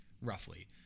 roughly